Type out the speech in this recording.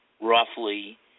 roughly